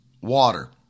water